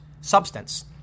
substance